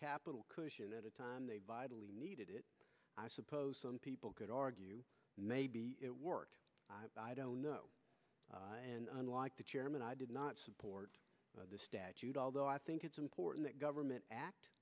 capital cushion at a time they needed it i suppose some people could argue maybe it worked i don't know unlike the chairman i did not support the statute although i think it's important that government act